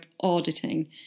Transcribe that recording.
auditing